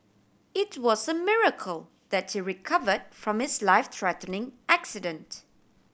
it was a miracle that he recovered from his life threatening accident